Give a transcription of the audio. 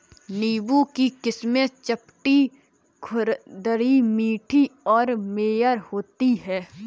नींबू की किस्में चपटी, खुरदरी, मीठी और मेयर होती हैं